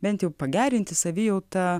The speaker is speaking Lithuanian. bent jau pagerinti savijautą